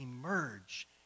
emerge